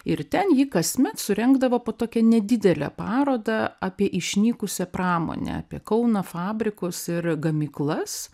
ir ten ji kasmet surengdavo po tokią nedidelę parodą apie išnykusią pramonę apie kauną fabrikus ir gamyklas